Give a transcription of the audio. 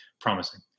promising